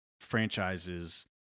franchises